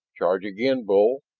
charge again, bull.